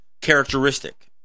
characteristic